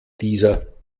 dieser